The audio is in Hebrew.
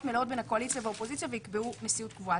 מלאות בין הקואליציה והאופוזיציה ויקבעו נשיאות קבועה.